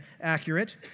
accurate